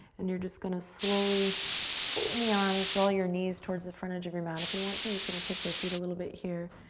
and you're just gonna slowly straighten the arms, draw your knees towards the front edge of your mat. if you want to, you can kick your feet a little bit here,